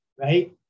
right